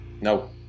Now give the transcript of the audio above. No